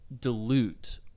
Dilute